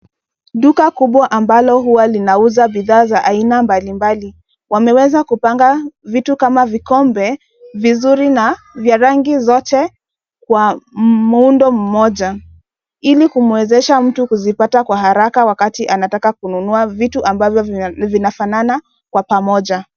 Duka kubwa ambalo huwa linauza bidhaa za aina mbalimbali wameweza kupanga vitu kama vikombe vizuri na vya rangi zote kwa muundo moja ili kumwezesha mtu kuzipata kwa haraka wakati anataka kununua vitu ambavyo vinafanana kwa pamoja.